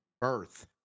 birth